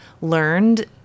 learned